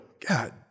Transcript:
God